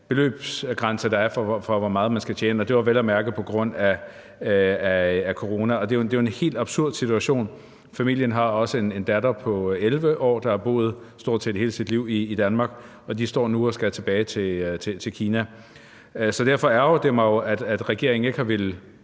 beløbsgrænse, der er, for, hvor meget man skal tjene, og det var vel at mærke på grund af corona. Det er jo en helt absurd situation. Familien har også en datter på 11 år, der har boet stort set hele sit liv i Danmark, og de står nu og skal tilbage til Kina. Så derfor ærgrer det mig jo, at regeringen ikke har villet